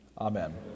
Amen